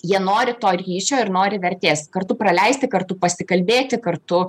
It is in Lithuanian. jie nori to ryšio ir nori vertės kartu praleisti kartu pasikalbėti kartu